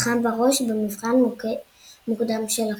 "חכם בראש - במבחן מוקדם של החידון".